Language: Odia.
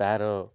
ତା'ର